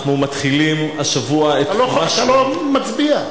אנחנו מתחילים השבוע את חומש במדבר,